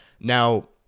Now